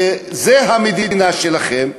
זו המדינה שלכם,